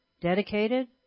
dedicated